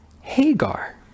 Hagar